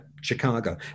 Chicago